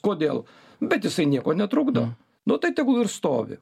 kodėl bet jisai nieko netrukdo nu tai tegul ir stovi